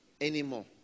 Anymore